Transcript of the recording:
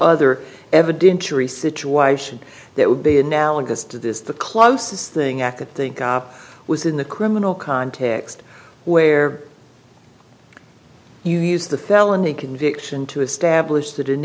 other evidentiary situation that would be analogous to this the closest thing i could think up was in the criminal context where you use the felony conviction to establish that an